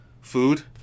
food